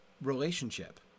relationship